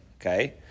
Okay